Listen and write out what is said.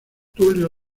tulio